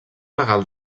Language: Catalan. legal